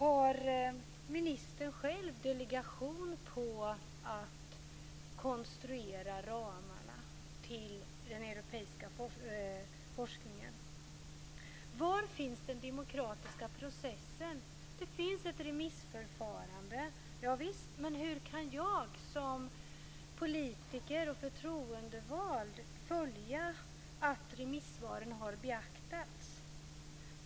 Har ministern själv delegation på att konstruera ramarna till den europeiska forskningen? Var finns den demokratiska processen? Det finns ett remissförfarande, javisst, men hur kan jag som politiker och förtroendevald följa att remissvaren har beaktats?